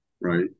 right